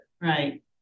Right